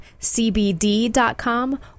cbd.com